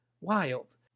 wild